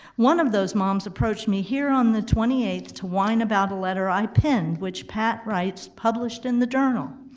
one of those moms approached me here on the twenty eighth to whine about a letter i penned, which pat writes published in the journal.